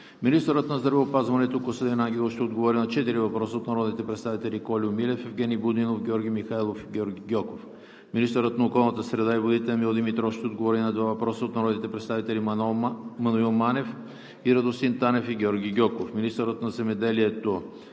Министърът на здравеопазването Костадин Ангелов ще отговори на четири въпроса от народните представители Кольо Милев; Евгени Будинов; Георги Михайлов, Георги Гьоков. 6. Министърът на околната среда и водите Емил Димитров ще отговори на два въпроса от народните представители Маноил Манев и Радостин Танев; и Георги Гьоков. 7. Министърът на земеделието,